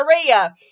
Korea